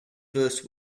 first